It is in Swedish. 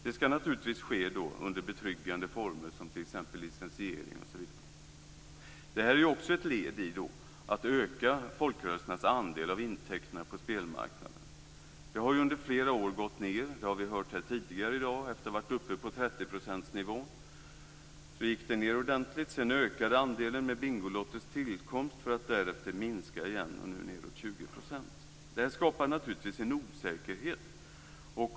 Det skall naturligtvis ske under betryggande former, t.ex. licensiering. Det här är också ett led i att öka folkrörelsernas andel av intäkterna på spelmarknaden. Den har ju under flera gått ned - det har vi hört tidigare i dag. Efter att ha varit uppe på 30-procentsnivån gick den ned ordentligt. Sedan ökade andelen med Bingolottos tillkomst för att därefter minska igen och är nu runt 20 %. Det här skapar naturligtvis en osäkerhet.